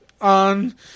on